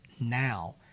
now